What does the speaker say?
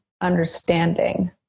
understanding